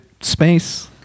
space